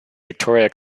victoria